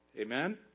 Amen